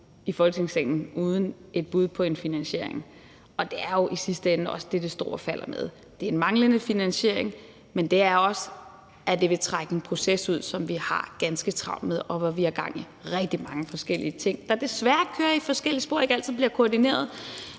i Folketingssalen uden et bud på en finansiering. Og det er jo i sidste ende det, det står og falder med. Det er manglende finansiering, men det er også, at det vil trække en proces ud, som vi har ganske travlt med, og hvor vi har gang i rigtig mange forskellige ting, der desværre kører i forskellige spor og ikke altid bliver koordineret.